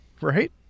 Right